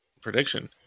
prediction